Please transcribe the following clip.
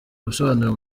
ubusobanuro